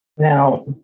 Now